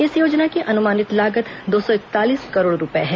इस योजना की अनुमानित लागत दो सौ इकतालीस करोड़ रूपये है